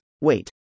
wait